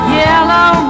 yellow